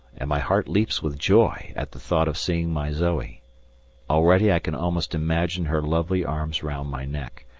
and my heart leaps with joy at the thought of seeing my zoe already i can almost imagine her lovely arms round my neck,